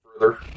further